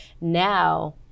Now